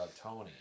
Tony